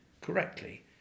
correctly